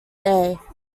day